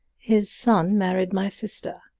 his son married my sister.